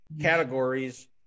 categories